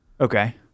Okay